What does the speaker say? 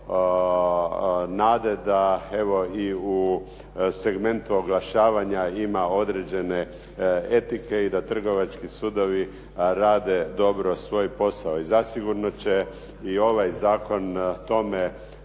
nade da evo i u segmentu oglašavanja ima određene etike i da Trgovački sudovi rade dobro svoj posao, i zasigurno će i ovaj zakon tome